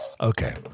Okay